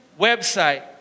website